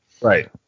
Right